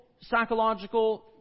psychological